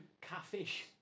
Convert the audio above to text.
Catfish